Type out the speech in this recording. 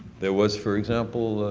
there was, for example,